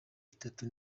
itatu